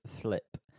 Flip